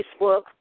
Facebook